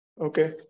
okay